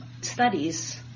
studies